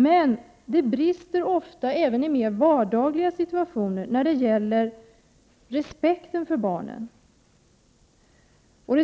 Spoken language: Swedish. Men det brister ofta även i mer vardagliga situationer när det gäller respekten för barnen och